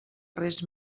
res